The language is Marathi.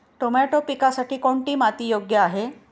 टोमॅटो पिकासाठी कोणती माती योग्य आहे?